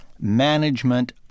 management